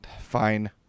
fine